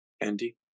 Andy